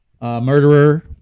murderer